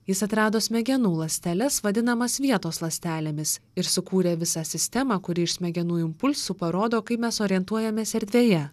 jis atrado smegenų ląsteles vadinamas vietos ląstelėmis ir sukūrė visą sistemą kuri iš smegenų impulsų parodo kaip mes orientuojamės erdvėje